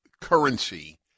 currency